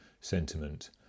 sentiment